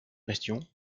bastions